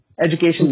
Education